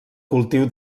cultiu